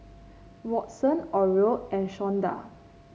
Watson Oral and Shawnda